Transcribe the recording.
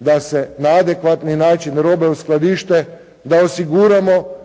da se na adekvatni način robe uskladište, da osiguramo